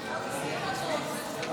נתקבלה.